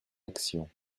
actions